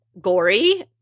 gory